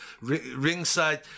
ringside